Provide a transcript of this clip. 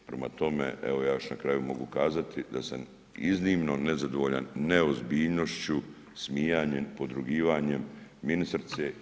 Prema tome, evo ja još na kraju mogu kazati da sam iznimno nezadovoljan neozbiljnošću, smijanjem, podrugivanjem ministrice